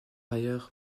ailleurs